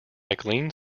mclean